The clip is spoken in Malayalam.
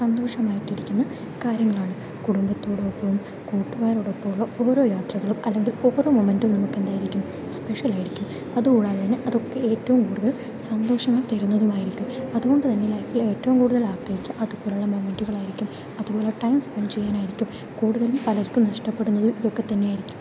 സന്തോഷമായിട്ട് ഇരിക്കുന്ന കാര്യങ്ങളാണ് കൂടുംബത്തോടൊപ്പം കൂട്ടുകാരോടൊപ്പം ഉള്ള ഓരോ യാത്രകളും അല്ലെങ്കിൽ ഓരോ മൊമെന്റും നമുക്ക് എന്തായിരിക്കും സ്പെഷ്യൽ ആയിരിക്കും അതുകൂടാതെ തന്നെ അതൊക്കെ ഏറ്റവും കൂടുതൽ സന്തോഷങ്ങൾ തരുന്നതും ആയിരിക്കും അതുകൊണ്ട് തന്നെ ലൈഫിലെ ഏറ്റവും കൂടുതൽ ആഗ്രഹിക്കുക അതുപോലുള്ള മൊമെന്റുകൾ ആയിരിക്കും അതുപോലെ ടൈം സ്പെൻഡ് ചെയ്യാൻ ആയിരിക്കും കൂടുതലും പലർക്കും നഷ്ടപ്പെടുന്നത് ഇതൊക്കെ തന്നെയായിരിക്കും